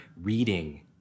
reading